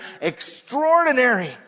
extraordinary